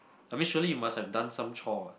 I mean surely you must have done some chore what